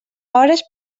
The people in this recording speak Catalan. hores